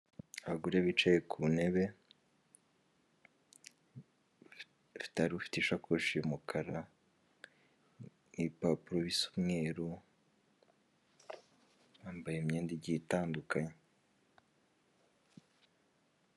Abagore bicaye ku ntebe hari ufite ishakoshi y'umukara n'ibipapuro bisa umweru bambaye imyenda igiye itandukanye.